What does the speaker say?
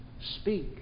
speak